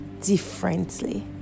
differently